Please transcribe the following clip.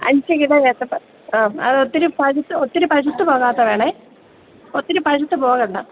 അഞ്ച് കിലോ ഏത്തപ്പഴം ആ അതൊത്തിരി പഴുത്ത് ഒത്തിരി പഴുത്ത് പോകാത്തത് വേണം ഒത്തിരി പഴുത്ത് പോകണ്ട